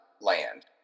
land